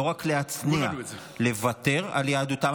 לא רק להצניע, לוותר על יהדותם.